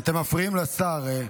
אתם מפריעים לשר.